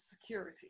security